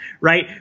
right